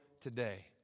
today